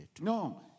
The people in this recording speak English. no